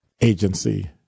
agency